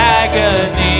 agony